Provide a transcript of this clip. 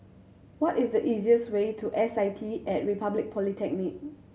what is the easiest way to S I T At Republic Polytechnic